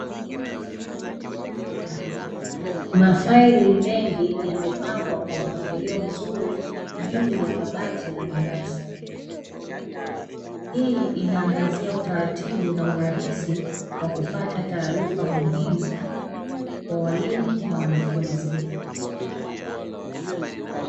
Mafaili mengi yamepangwa kwa mpangilio mzuri juu ya kabati la darasa, hii inaangazia utaratibu na urahisi wa kupata taarifa muhimu kwa walimu na wanafunzi.